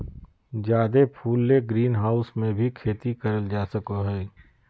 जादे फूल ले ग्रीनहाऊस मे भी खेती करल जा सको हय